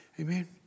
Amen